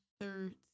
third